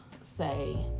say